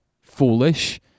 foolish